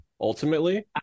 ultimately